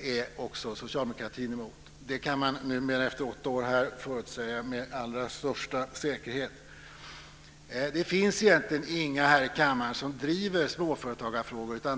är också socialdemokratin emot. Det kan man efter åtta år här förutsäga med allra största säkerhet. Det finns egentligen ingen här i kammaren som driver småföretagarfrågor.